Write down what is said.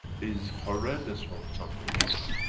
is horrendous for some nations.